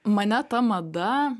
mane ta mada